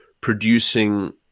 producing